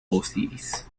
osiris